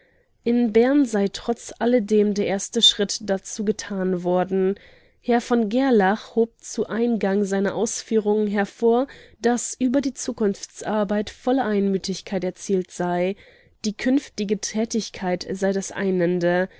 in bern sei trotz alledem der erste schritt dazu getan worden herr v gerlach hob zu eingang seiner ausführungen hervor daß über die zukunftsarbeit volle einmütigkeit erzielt sei die künftige tätigkeit sei das einende